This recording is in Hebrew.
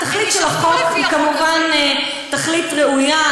התכלית של החוק היא כמובן תכלית ראויה.